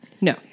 No